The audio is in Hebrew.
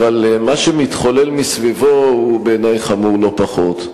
אבל מה שמתחולל מסביבו הוא בעיני חמור לא פחות.